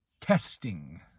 testing